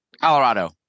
Colorado